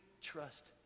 trust